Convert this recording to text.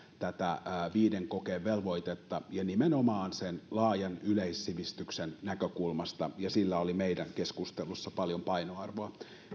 tätä viiden kokeen velvoitetta nimenomaan sen laajan yleissivistyksen näkökulmasta sillä oli meidän keskustelussamme paljon painoarvoa